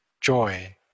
joy